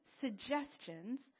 suggestions